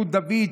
רות דוד,